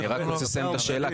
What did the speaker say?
אני רק רוצה לסיים את השאלה,